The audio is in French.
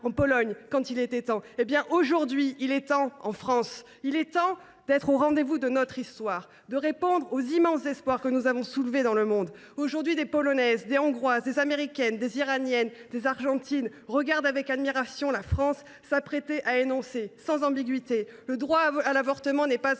pays tant qu’il en était temps ! Eh bien, aujourd’hui, en France, il est temps. Il est temps d’être au rendez vous de notre histoire, de répondre aux immenses espoirs que nous avons soulevés dans le monde. Aujourd’hui, des Polonaises, des Hongroises, des Américaines, des Iraniennes, des Argentines regardent avec admiration la France s’apprêter à énoncer, sans ambiguïté, que le droit à l’avortement n’est pas